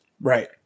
Right